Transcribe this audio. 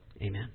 Amen